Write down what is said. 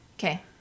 Okay